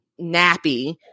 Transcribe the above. nappy